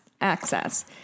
access